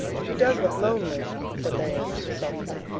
she does look lonely, said diana softly.